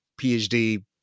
PhD